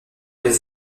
les